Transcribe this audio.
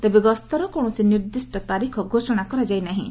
ତେବେ ଗସ୍ତର କୌଣସି ନିର୍ଦ୍ଦିଷ୍ଟ ତାରିଖ ଘୋଷଣା କରାଯାଇ ନାହିଁ